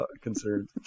concerned